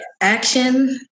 action